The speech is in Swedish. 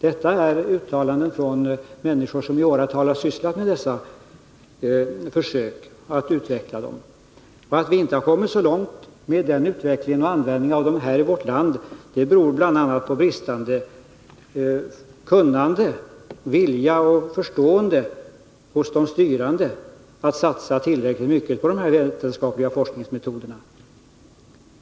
Detta är uttalanden från människor som i åratal har sysslat med att utveckla dessa försök. Att vi inte har kommit så långt med utvecklingen och användningen av dessa metoder här i vårt land beror bl.a. på bristande kunnande, vilja och förståelse hos de styrande att satsa tillräckligt mycket på dessa vetenskapliga forskningsmetoder.